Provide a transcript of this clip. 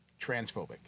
transphobic